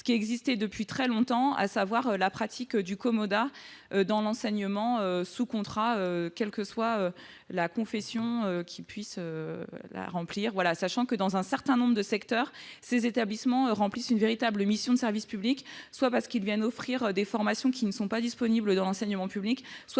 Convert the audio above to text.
ce qui existait depuis très longtemps, à savoir la pratique du commodat dans l'enseignement sous contrat. Cela concerne naturellement toutes les confessions. Je rappelle que, dans un certain nombre de secteurs, ces établissements remplissent une véritable mission de service public, soit parce qu'ils offrent des formations qui ne sont pas disponibles dans l'enseignement public,